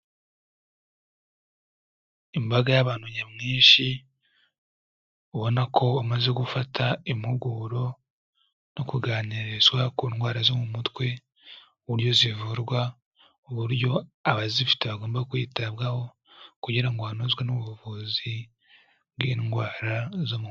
Imbaga y'abantu nyamwinshi ubona ko bamaze gufata impuguro no kuganirizwa ku ndwara zo mu mutwe, uburyo zivurwa, uburyo abazifite bagomba kwitabwaho kugira ngo hanozwe n'ubuvuzi bw'indwara zo mu mutwe.